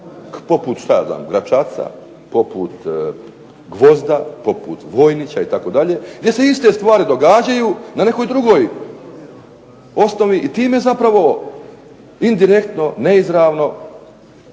poput Gračaca, poput Gvozda, poput Vojnića itd. gdje se iste stvari događaju na nekoj drugoj osnovi i time zapravo indirektno, neizravno